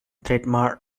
trademark